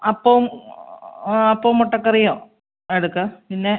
അപ്പവും അപ്പവും മുട്ടക്കറിയോ എടുക്കാൻ പിന്നെ